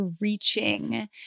reaching